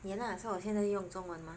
yeah lah 所以我现在用中文吗